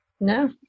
No